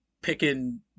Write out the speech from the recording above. picking